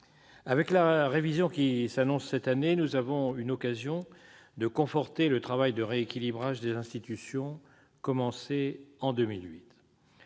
Avec la révision qui s'annonce cette année, nous avons une occasion de conforter le travail de rééquilibrage des institutions commencé en 2008.